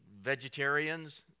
vegetarians